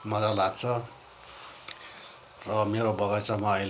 मजा लाग्छ मेरो बगैँचामा अहिले